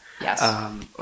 Yes